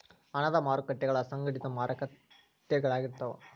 ಹಣದ ಮಾರಕಟ್ಟಿಗಳ ಅಸಂಘಟಿತ ಮಾರಕಟ್ಟಿಗಳಾಗಿರ್ತಾವ